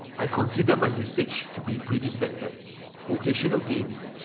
i consider my usage to be pretty standard, occasional games,